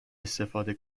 استفاده